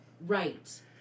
right